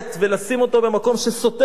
ולשים אותו במקום שסותם,